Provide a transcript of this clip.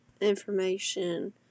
information